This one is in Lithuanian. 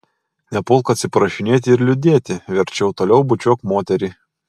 nepulk atsiprašinėti ir liūdėti verčiau toliau bučiuok moterį